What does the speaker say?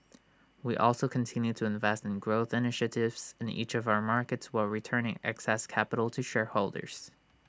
we also continued to invest in growth initiatives in each of our markets while returning excess capital to shareholders